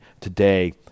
Today